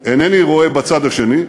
אינני רואה בצד השני.